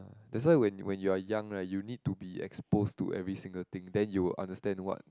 that's why when when you are young right you need to be exposed to every single thing then you will understand what